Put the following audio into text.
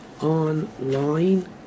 online